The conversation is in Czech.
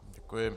Děkuji.